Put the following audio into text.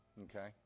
Okay